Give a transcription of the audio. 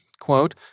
Quote